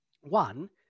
One